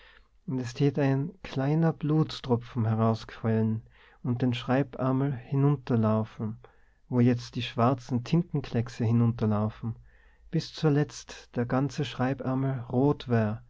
es tät ein kleiner blutstropfen herausquellen und den schreibärmel hinunterlaufen wo jetzt die schwarzen tintenklexe hinunterlaufen bis zuletzt der ganze schreibärmel rot wär